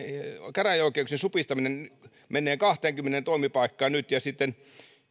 käräjäoikeuksien supistaminen kahteenkymmeneen toimipaikkaan nyt ja sitten